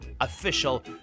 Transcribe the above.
official